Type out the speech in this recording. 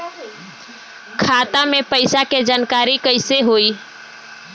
खाता मे पैसा के जानकारी कइसे होई?